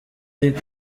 luc